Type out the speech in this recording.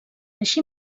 així